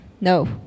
No